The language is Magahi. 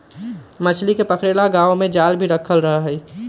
मछली के पकड़े ला गांव में जाल भी रखल रहा हई